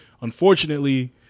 unfortunately